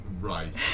right